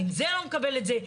האם זה לא מקבל את זה,